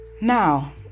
Now